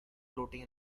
floating